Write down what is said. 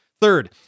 Third